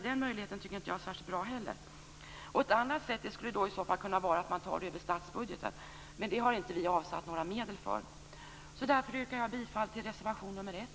Den möjligheten tycker jag heller inte är särskilt bra. Ett annat sätt skulle kunna vara att ta det över statsbudgeten, men det har vi inte avsatt några medel för. Därför yrkar jag bifall till reservation 1.